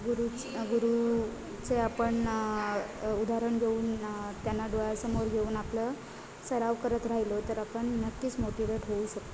गुरुच गुरुचे आपण उदाहरण घेऊन त्यांना डोळ्यासमोर घेऊन आपलं सराव करत राहिलो तर आपण नक्कीच मोटिवेट होऊ शकतो